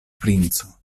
princo